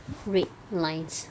red lines